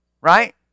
Right